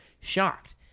shocked